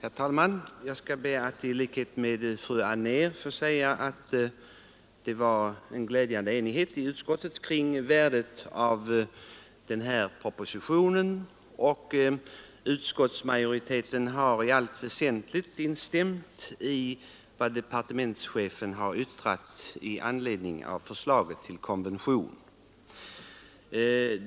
Herr talman! Jag skall be att i likhet med fru Anér få säga att det rådde en glädjande enighet i utskottet kring värdet av den här propositionen. Utskottsmajoriteten har i allt väsentligt instämt i vad departementschefen har yttrat i anledning av förslaget till konvention.